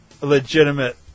legitimate